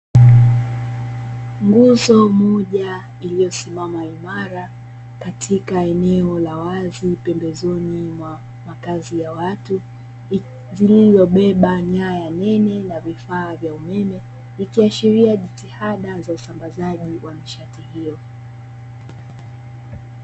Nguzo moja iliyosimama imara katika eneo la wazi pembezoni mwa makazi ya watu, zilizobeba nyaya nene na vifaa vya umeme vikiashiria jitihada za usambazaji wa nishati hiyo.